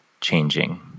changing